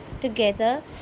together